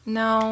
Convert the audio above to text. no